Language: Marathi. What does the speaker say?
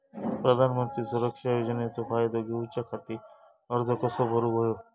प्रधानमंत्री सुरक्षा योजनेचो फायदो घेऊच्या खाती अर्ज कसो भरुक होयो?